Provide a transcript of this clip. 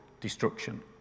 destruction